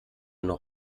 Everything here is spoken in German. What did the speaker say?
noch